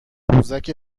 قوزک